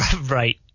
Right